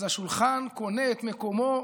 אז השולחן קונה את מקומו.